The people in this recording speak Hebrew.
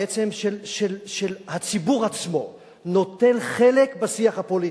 בעצם הציבור עצמו נוטל חלק בשיח הפוליטי,